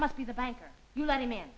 must be the banker let him in